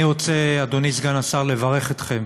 אני רוצה, אדוני סגן השר, לברך אתכם,